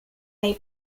nei